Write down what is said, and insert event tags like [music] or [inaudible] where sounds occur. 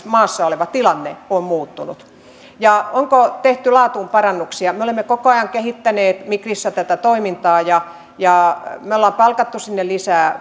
[unintelligible] maassa oleva tilanne on muuttunut ja onko tehty laatuun parannuksia ollaan koko ajan kehitetty migrissä tätä toimintaa ja ja ollaan palkattu sinne lisää [unintelligible]